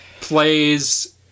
plays